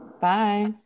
Bye